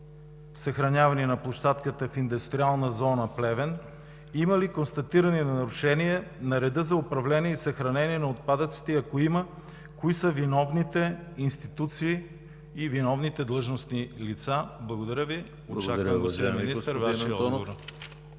съхранявани на площадката в индустриална зона – Плевен; има ли констатирани нарушения на реда за управление и съхранение на отпадъците и ако има, кои са виновните институции и виновните длъжностни лица? Благодаря Ви. Господин Министър, чакам